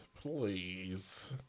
please